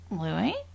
Louis